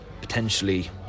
potentially